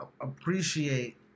appreciate